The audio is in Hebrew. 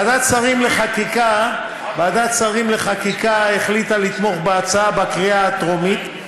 ועדת השרים לחקיקה החליטה לתמוך בהצעה בקריאה הטרומית,